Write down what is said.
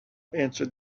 answered